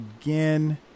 again